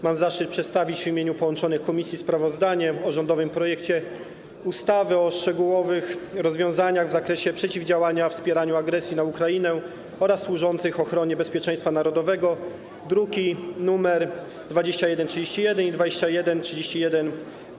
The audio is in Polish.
Mam zaszczyt przedstawić w imieniu połączonych komisji sprawozdanie o rządowym projekcie ustawy o szczególnych rozwiązaniach w zakresie przeciwdziałania wspieraniu agresji na Ukrainę oraz służących ochronie bezpieczeństwa narodowego, druki nr 2131 i 2131-A.